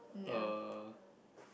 uh